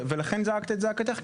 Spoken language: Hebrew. ולכן זעקת את זעקתך,